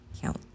count